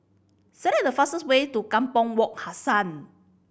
select the fastest way to Kampong Wak Hassan